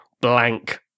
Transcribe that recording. blank